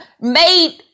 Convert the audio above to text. made